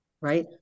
right